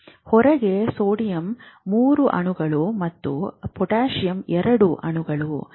ಹೊರಗೆ ಸೋಡಿಯಂನ 3 ಅಣುಗಳು ಮತ್ತು ಪೊಟ್ಯಾಸಿಯಮ್ನ ಎರಡು ಅಣುಗಳಿವೆ